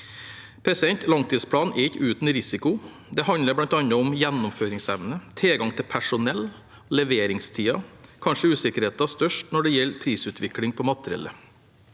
Langtidsplanen er ikke uten risiko. Det handler bl.a. om gjennomføringsevne, tilgang til personell og leveringstider. Kanskje er usikkerheten størst når det gjelder prisutvikling på materiellet.